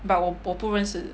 but 我我不认识